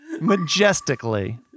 majestically